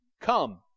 Come